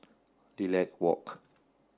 Lilac Walk